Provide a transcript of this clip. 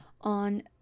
on